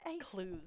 clues